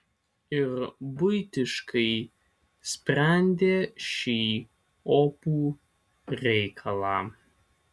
ir buitiškai sprendė šį opų reikalą